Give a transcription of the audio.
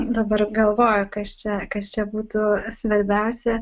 aha dabar galvoju kas čia kas čia būtų svarbiausia